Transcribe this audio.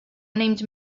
named